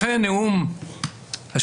לכן נאום ה',